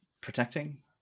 protecting